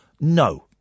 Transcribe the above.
No